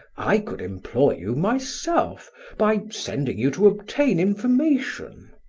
i could employ you myself by sending you to obtain information.